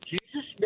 Jesus